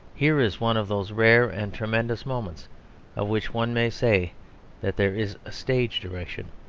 here is one of those rare and tremendous moments of which one may say that there is a stage direction,